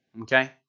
Okay